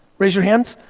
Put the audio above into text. raise your hands.